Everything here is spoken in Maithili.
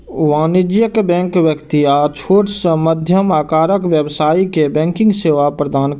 वाणिज्यिक बैंक व्यक्ति आ छोट सं मध्यम आकारक व्यवसायी कें बैंकिंग सेवा प्रदान करै छै